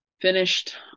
finished